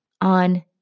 on